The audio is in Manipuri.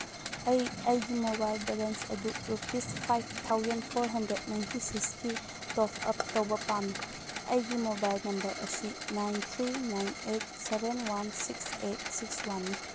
ꯑꯩ ꯑꯩꯒꯤ ꯃꯣꯕꯥꯏꯜ ꯕꯦꯂꯦꯟꯁ ꯑꯗꯨ rupees five thousand four hundred ninety ꯁꯤꯛꯁꯀꯤ ꯇꯣꯞꯑꯞ ꯇꯧꯕ ꯄꯥꯝꯃꯤ ꯑꯩꯒꯤ ꯃꯣꯕꯥꯏꯜ ꯅꯝꯕꯔ ꯑꯁꯤ nine three nine eight seven one six eight six ꯋꯥꯟꯅꯤ